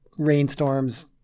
rainstorms